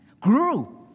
Grew